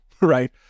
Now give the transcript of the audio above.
right